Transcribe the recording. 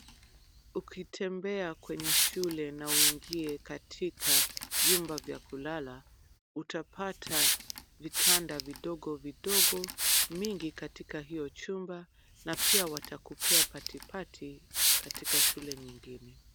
Ukitembea kwenye shule na uingie katika vyumba vya kulala, utapata vitanda vidogo vidogo ,mingi katika hiyo chumba na pia watakupea patipati katika shule nyengine.